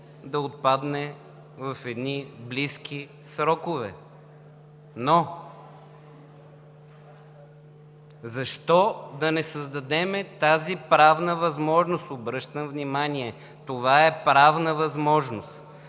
да отпадне в едни близки срокове. Но защо да не създадем тази правна възможност? Обръщам внимание – това е правна възможност,